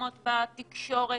פרסומות בכלי התקשורת,